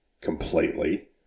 completely